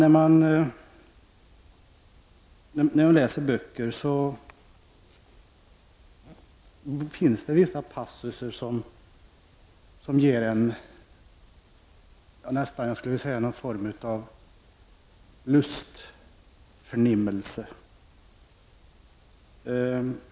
Ibland när man läser böcker finns det vissa passusar som ger en nästan någon form av lustförnimmelser.